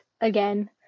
again